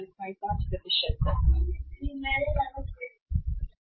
तो यह पहली अपेक्षित दर है वापसी और इसका आधा हिस्सा बनता है क्योंकि कर की दर 50 है